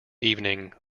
evening